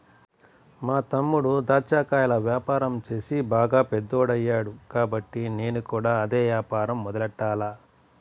మా తమ్ముడు దాచ్చా కాయల యాపారం చేసి బాగా పెద్దోడయ్యాడు కాబట్టి నేను కూడా అదే యాపారం మొదలెట్టాల